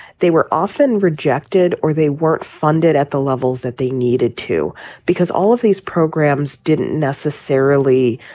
they were often rejected or they weren't funded at the levels that they needed to because all of these programs didn't necessarily.